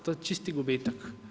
To je čisti gubitak.